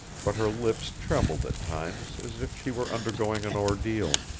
but her lips trembled at times as if she were undergoing an ordeal.